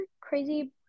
crazy